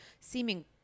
seeming